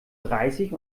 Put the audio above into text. dreißig